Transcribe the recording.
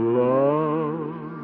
love